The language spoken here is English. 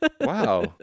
Wow